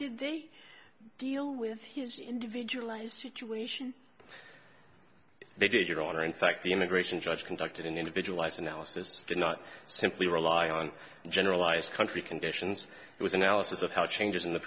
did they deal with his individualized situation they did your honor in fact the immigration judge conducted an individualized analysis did not simply rely on generalized country conditions it was analysis of how changes in the